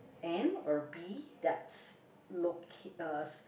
ant or bee that's locate uh